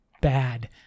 bad